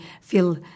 feel